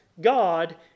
God